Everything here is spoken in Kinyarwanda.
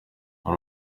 uru